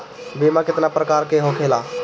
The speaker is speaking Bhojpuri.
बीमा केतना प्रकार के होखे ला?